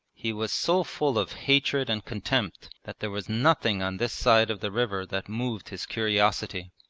he was so full of hatred and contempt that there was nothing on this side of the river that moved his curiosity.